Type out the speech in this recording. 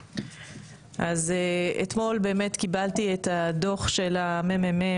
אתמול קיבלתי את הדו"ח של המ.מ.מ